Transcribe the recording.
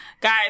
guys